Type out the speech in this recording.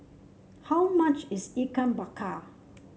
how much is Ikan Bakar